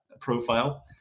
profile